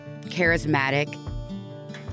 charismatic